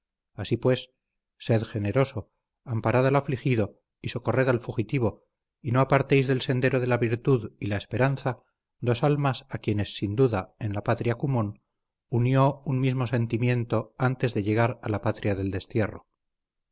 así pues sed generoso amparad al afligido y socorred al fugitivo y no apartéis del sendero de la virtud y la esperanza dos almas a quienes sin duda en la patria común unió un mismo sentimiento antes de llegar a la patria del destierro